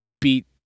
beat